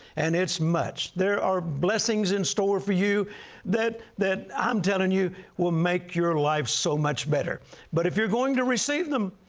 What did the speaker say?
and it's much. there are blessings in store for you that that i'm telling you will make your life so much better. but if you're going to receive them,